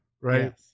Right